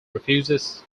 refuses